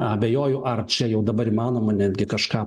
abejoju ar čia jau dabar įmanoma netgi kažką